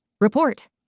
Report